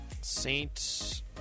Saint